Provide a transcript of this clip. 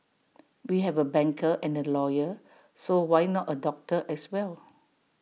we have A banker and A lawyer so why not A doctor as well